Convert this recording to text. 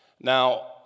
Now